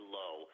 low